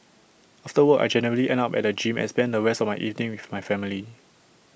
after work I generally end up at the gym and spend the rest of my evening with my family